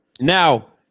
Now